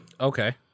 Okay